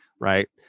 right